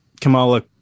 Kamala